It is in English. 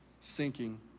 Sinking